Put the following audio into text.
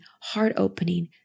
heart-opening